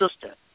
sister